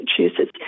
Massachusetts